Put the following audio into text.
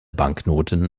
banknoten